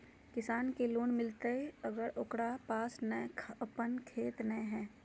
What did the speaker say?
किसान के लोन मिलताय अगर ओकरा पास अपन खेत नय है?